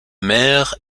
mère